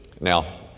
Now